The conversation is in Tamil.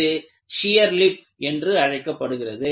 இது ஷியர் லிப் என்று அழைக்கப்படுகிறது